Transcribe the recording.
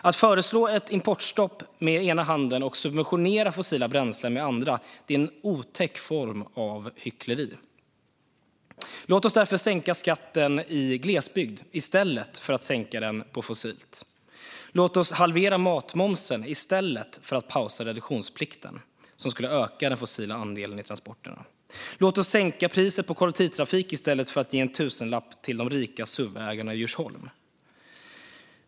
Att föreslå ett importstopp med den ena handen och subventionera fossila bränslen med den andra är en otäck form av hyckleri. Låt oss därför sänka skatten i glesbygd i stället för att sänka den på fossilt. Låt oss halvera matmomsen i stället för att pausa reduktionsplikten, vilket skulle öka den fossila andelen i transporterna. Låt oss sänka priset på kollektivtrafik i stället för att ge en tusenlapp till de rika suv-ägarna i Djursholm.